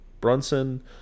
Brunson